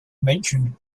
mentioned